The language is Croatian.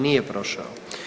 Nije prošao.